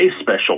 Special